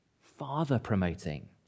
father-promoting